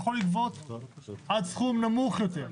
יכול לגבות עד סכום נמוך יותר.